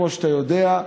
כמו שאתה יודע.